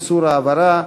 איסור העברה,